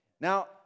Now